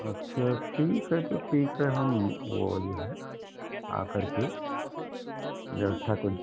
अच्छा ठीक है तो ठीक है हम वह जो है आ करके व्यवस्था कुछ